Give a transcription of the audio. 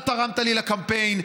ואתה תרמת לי לקמפיין,